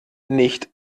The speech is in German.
nicht